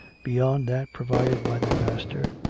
beyond that provided by their master,